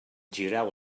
gireu